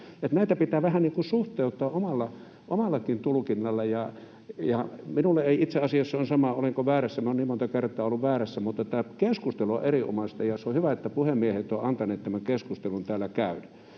Näitä pitää vähän suhteuttaa omallakin tulkinnalla. Minulle on itse asiassa sama, olenko väärässä, minä olen niin monta kertaa ollut väärässä, mutta tämä keskustelu on erinomaista, ja se on hyvä, että puhemiehet ovat antaneet tämän keskustelun täällä käydä.